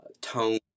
tone